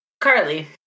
Carly